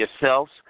yourselves